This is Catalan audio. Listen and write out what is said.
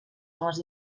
homes